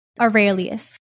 Aurelius